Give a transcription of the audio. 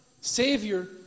Savior